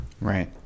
Right